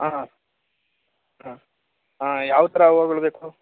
ಹಾಂ ಹಾಂ ಹಾಂ ಯಾವ ಥರ ಹೂವಗಳು ಬೇಕು